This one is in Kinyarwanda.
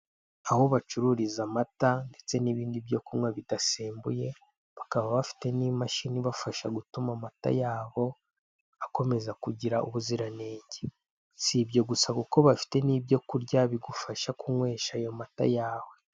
Aho bacururiza amata ndetse n'ibindi byo kunywa bidasembuye, bakaba bafite n'imashini ibafasha gutuma amata yabo akomeza kugira ubuziranenge; si ibyo gusa kuko bafite n'ibyo kurya, bigufasha kunywesha ayo mata yawe.